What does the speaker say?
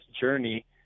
journey